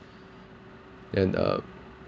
then uh